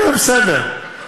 כן, בסדר.